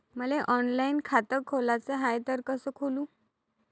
मले ऑनलाईन खातं खोलाचं हाय तर कस खोलू?